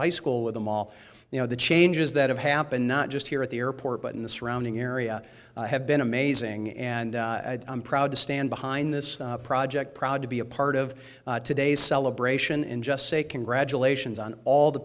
high school with them all you know the changes that have happened not just here at the airport but in the surrounding area have been amazing and i'm proud to stand behind this project proud to be a part of today's celebration and just say congratulations on all the